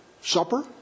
supper